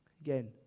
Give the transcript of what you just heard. Again